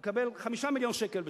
מקבל 5 מיליון שקלים לשנה.